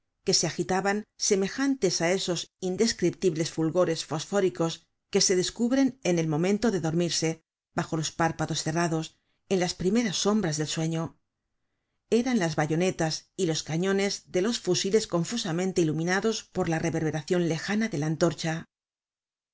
que se agitaban semejantes á esos indescriptibles fulgores fosfóricos que se descubren en el momento de dormirse bajo los párpados cerrados en las primeras sombras del sueño eran las bayonetas y los cañones de los fusiles confusamente iluminados por la reverberacion lejana de la antorcha